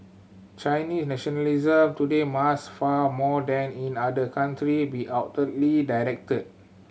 Chinese nationalism today must far more than in other country be outwardly directed